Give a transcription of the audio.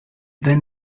then